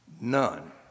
None